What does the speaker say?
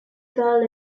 fell